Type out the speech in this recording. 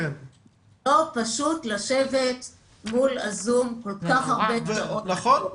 לא פשוט לשבת מול הזום כל כך הרבה שעות ביום.